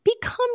become